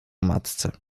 matce